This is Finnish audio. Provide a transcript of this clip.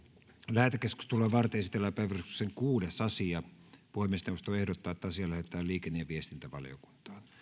lähetekeskustelua varten esitellään päiväjärjestyksen kuudes asia puhemiesneuvosto ehdottaa että asia lähetetään liikenne ja viestintävaliokuntaan